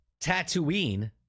Tatooine